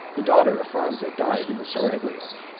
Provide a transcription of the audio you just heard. the daughter of phranza died in the seraglio,